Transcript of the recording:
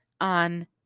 on